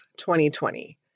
2020